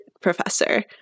professor